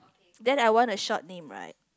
then I want a short name right